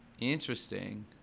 Interesting